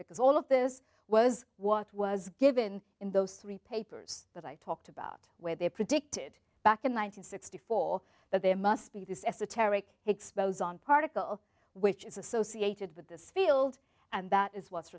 because all of this was what was given in those three papers that i talked about where they predicted back in one thousand sixty four that there must be this esoteric expose on particle which is associated with this field and that is what's